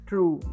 True